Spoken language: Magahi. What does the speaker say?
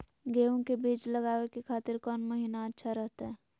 गेहूं के बीज लगावे के खातिर कौन महीना अच्छा रहतय?